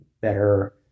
better